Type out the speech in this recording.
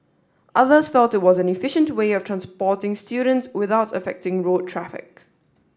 others felt it was an efficient way of transporting students without affecting road traffic